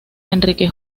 enrique